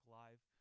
live